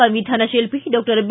ಸಂವಿಧಾನ ತಿಲ್ಲಿ doctor B